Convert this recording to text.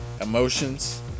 emotions